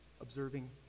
observing